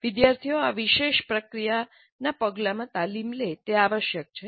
વિદ્યાર્થીઓ આ વિશેષ પ્રક્રિયાના પગલામાં તાલીમ લે તે આવશ્યક છે